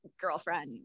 girlfriend